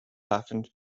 happened